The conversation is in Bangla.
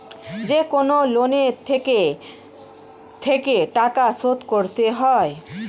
যেকনো লোনে থেকে থেকে টাকা শোধ করতে হয়